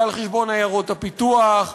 ועל חשבון עיירות הפיתוח,